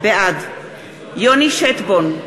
בעד יוני שטבון,